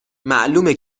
معلومه